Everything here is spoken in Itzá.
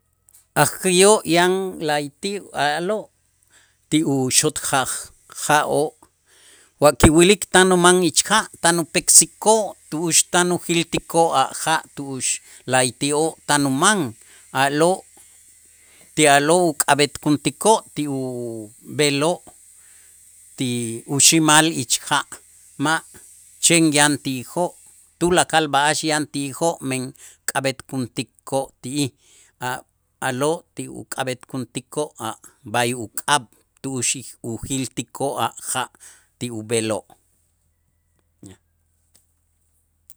Ajkäyoo' yan la'ayti' a'lo' ti uxot' jaj- ja'oo' wa kiwilik tan uman ich ja' tan upeeksikoo' tu'ux tan ujiiltikoo' a' ja' tu'ux la'ayti'oo' tan uman, a'lo' ti a'lo' uk'ab'etkuntikoo' ti ub'eloo' ti uxi'mal ich ja' ma' chen yan ti'ijoo' tulakal b'a'ax yan ti'ijoo' men k'ab'etkuntikoo' ti'ij, a- a'lo' ti uk'ab'etkuntikoo' a' b'ay uk'ab' tu'ux ujiiltikoo' a' ja' ti ub'eloo'. ya